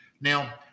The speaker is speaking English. Now